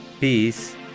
peace